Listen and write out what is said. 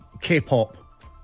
K-pop